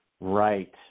Right